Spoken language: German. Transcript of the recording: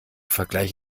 vergleich